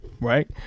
right